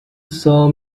saw